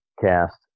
cast